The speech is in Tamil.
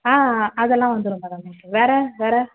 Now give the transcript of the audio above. ஆ அதெல்லாம் வந்துரும் மேடம் வேறு வேறு